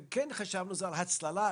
ואכן חשבנו על הצללה,